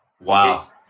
Wow